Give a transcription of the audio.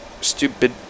stupid